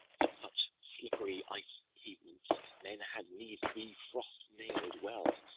in such slippery ice-pavements men had need to be frost-nail'd well,